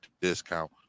discount